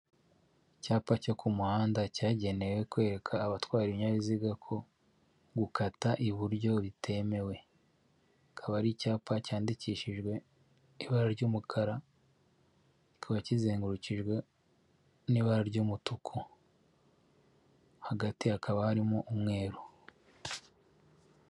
Icyapa cyo ku muhanda cyagenewe kwareka abatwara ibinyabiziga ko gukata iburyo bitemewe. Kikaba ari icyapa cyandikishijwe ibara ry'umukara, kikaba kizengurukijwe n'ibara ry'umutuku. Hagati hakaba harimo umweru.